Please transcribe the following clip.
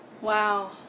Wow